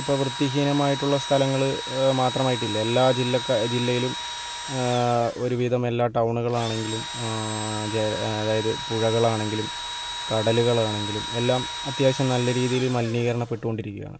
ഇപ്പം വൃത്തിഹീനമായിട്ടുള്ള സ്ഥലങ്ങള് മാത്രമായിട്ടില്ല എല്ലാ ജില്ലക്കാ ജില്ലയിലും ഒരുവിധം എല്ലാ ടൗണുകളാണെങ്കിലും അതായത് പുഴകളാണെങ്കിലും കടലുകളാണെങ്കിലും എല്ലാം അത്യാവശ്യം നല്ല രീതിയില് മലിനീകരണപ്പെട്ടോണ്ടിരിക്കയാണ്